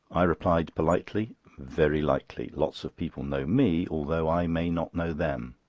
i replied politely very likely lots of people know me, although i may not know them.